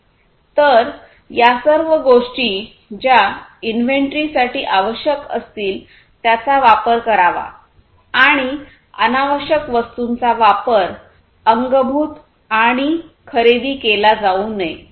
तर या सर्व गोष्टी ज्या इन्व्हेन्टरी साठी आवश्यक असतील त्यांचा वापर करावा आणि अनावश्यक वस्तूंचा वापर अंगभूत आणि खरेदी केला जाऊ नये